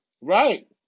Right